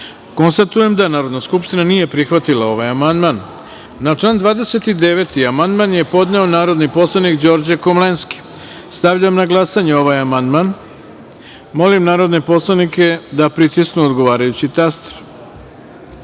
poslanika. Konstatujem da Narodna skupština nije prihvatila ovaj amandman. Na član 3. amandman je podneo narodni poslanik Đorđe Komlenski. Stavljam na glasanje ovaj amandman. Molim narodne poslanike da pritisnu odgovarajući